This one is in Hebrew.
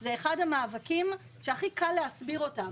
זה אחד המאבקים שהכי קל להסביר אותו.